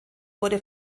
wurde